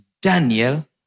Daniel